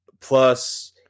Plus